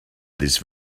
this